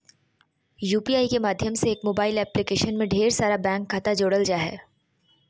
UPI माध्यम से एक मोबाइल एप्लीकेशन में ढेर सारा बैंक खाता जोड़ल जा हय